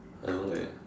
I don't like eh